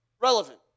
relevant